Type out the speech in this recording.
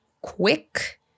quick